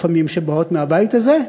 לפעמים, שבאות מהבית הזה,